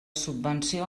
subvenció